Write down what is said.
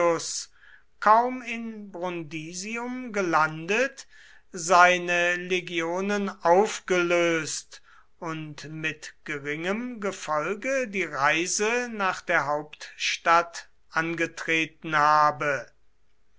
kaum in brundisium gelandet seine legionen aufgelöst und mit geringem gefolge die reise nach der hauptstadt angetreten habe